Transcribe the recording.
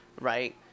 right